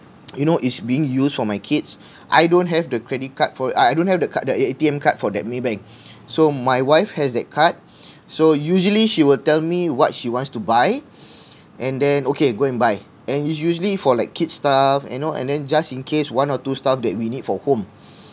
you know it's being used for my kids I don't have the credit card for it uh I don't have the card the A_T_M card for that Maybank so my wife has that card so usually she will tell me what she wants to buy and then okay go and buy and it's usually for like kid stuff you know and then just in case one or two stuff that we need for home